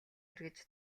эргэж